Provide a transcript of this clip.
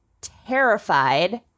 terrified